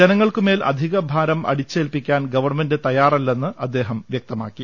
ജനങ്ങൾക്കുമേൽ അധികഭാരം അടിച്ചേൽപ്പി ക്കാൻ ഗവൺമെന്റ് തയ്യാറല്ലെന്ന് അദ്ദേഹം വൃക്തമാക്കി